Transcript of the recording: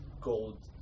gold